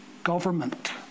Government